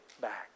back